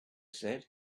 said